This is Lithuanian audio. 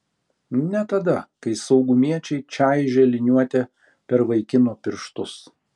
ne tada kai saugumiečiai čaižė liniuote per vaikino pirštus